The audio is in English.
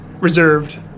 reserved